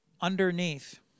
underneath